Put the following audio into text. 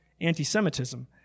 anti-Semitism